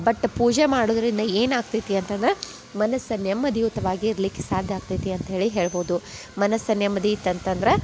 but ಪೂಜೆ ಮಾಡೋದ್ರಿಂದ ಏನಾಗ್ತೈತಿ ಅಂತಂದ್ರೆ ಮನಸ್ಸು ನೆಮ್ಮದಿಯುತವಾಗಿ ಇರ್ಲಿಕ್ಕೆ ಸಾಧ್ಯ ಆಗ್ತೈತಿ ಅಂತ ಹೇಳಿ ಹೇಳ್ಬೋದು ಮನಸ್ಸು ನೆಮ್ಮದಿ ಇತ್ತು ಅಂತಂದ್ರೆ